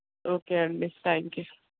okay అండి thank you